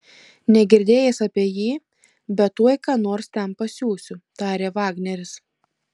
negirdėjęs apie jį bet tuoj ką nors ten pasiųsiu tarė vagneris